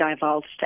divulged